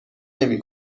نمی